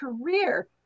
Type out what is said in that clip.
career